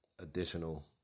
additional